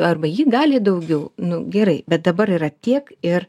arba ji gali daugiau nu gerai bet dabar yra tiek ir